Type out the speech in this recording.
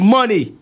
Money